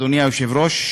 אדוני היושב-ראש,